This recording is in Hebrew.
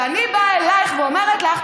ואני באה אלייך ואומרת לך: